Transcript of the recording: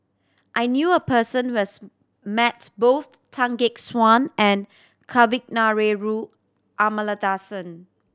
I knew a person who has met both Tan Gek Suan and Kavignareru Amallathasan